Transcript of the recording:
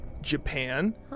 Japan